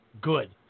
good